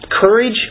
courage